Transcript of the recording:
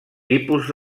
tipus